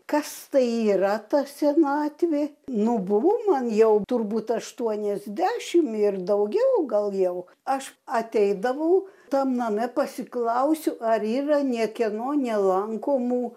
kas tai yra ta senatvė nu buvo man jau turbūt aštuoniasdešim ir daugiau gal jau aš ateidavau tam name pasiklausiu ar yra niekieno nelankomų